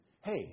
hey